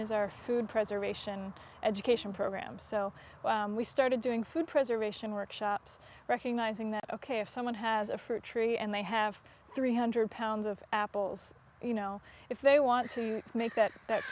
is our food preservation education program so we started doing food preservation workshops recognizing that ok if someone has a fruit tree and they have three hundred pounds of apples you know if they want to make that